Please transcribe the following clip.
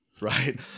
right